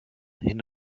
hin